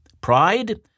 Pride